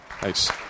Thanks